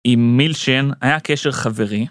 עם מילשן היה קשר חברי.